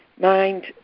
mind